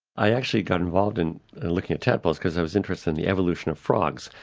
i actually got involved in looking at tadpoles because i was interested in the evolution of frogs.